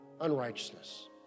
unrighteousness